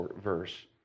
verse